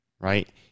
right